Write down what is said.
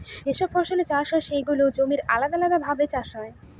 যে সব ফসলের চাষ হয় সেগুলোর জমি আলাদাভাবে চাষ হয়